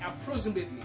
approximately